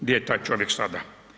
Gdje je taj čovjek sada?